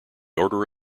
order